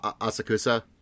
Asakusa